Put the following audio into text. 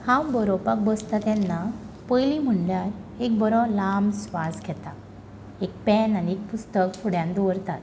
हांव बरोवपाक बसतां तेन्ना पयलीं म्हणल्यार एक बरो लांब स्वास घेतां एक पॅन आनी एक पुस्तक फुड्यान दवरतां